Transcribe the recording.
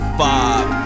five